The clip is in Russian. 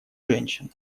женщин